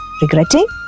regretting